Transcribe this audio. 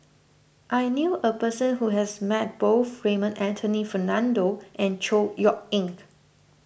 I knew a person who has met both Raymond Anthony Fernando and Chor Yeok Eng